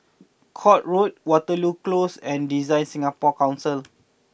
Court Road Waterloo Close and Design Singapore Council